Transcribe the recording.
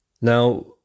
Now